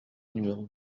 numéro